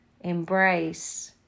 Embrace